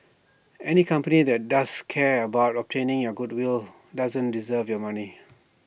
any company that doesn't care about obtaining your goodwill doesn't deserve your money